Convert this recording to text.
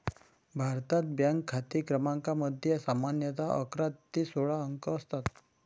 भारतात, बँक खाते क्रमांकामध्ये सामान्यतः अकरा ते सोळा अंक असतात